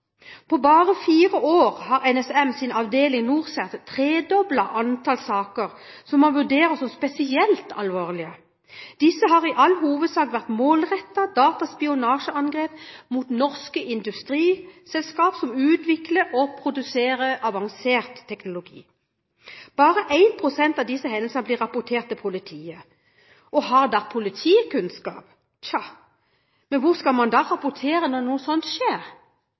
På bare fire år har NSM – Nasjonal sikkerhetsmyndighet – avdeling NorCERT, tredoblet antallet saker som man vurderer som spesielt alvorlige. Disse har i all hovedsak vært målrettede dataspionasjeangrep mot norske industriselskap som utvikler og produserer avansert teknologi. Bare 1 pst. av disse hendelsene blir rapportert til politiet. Har politiet kunnskap? Tja, men hvem skal man da rapportere til, når noe slikt skjer?